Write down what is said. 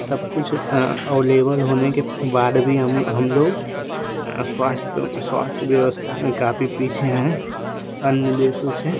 सब कुछ अवलेबल होने के बाद भी हम हम लोग स्वास्थ्य स्वास्थ्य व्यवस्था में काफी पीछे हैं अन्य देशों से